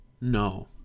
no